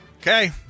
Okay